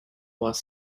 was